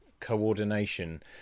coordination